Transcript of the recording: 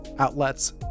outlets